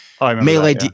melee